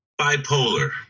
Bipolar